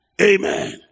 Amen